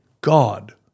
God